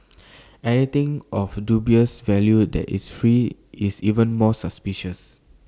anything of dubious value that is free is even more suspicious